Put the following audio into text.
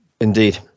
indeed